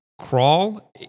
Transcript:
crawl